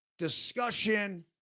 discussion